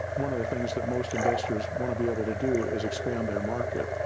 one of the things that most investors want to be able to do is expand their market.